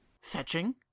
Fetching